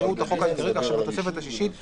יקראו את החוק העיקרי כך שבתוספת השישית,